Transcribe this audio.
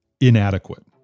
inadequate